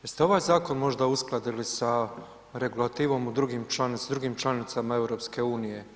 Jeste ovaj zakon možda uskladili sa regulativom s drugim članicama EU?